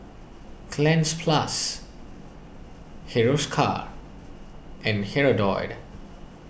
Cleanz Plus Hiruscar and Hirudoid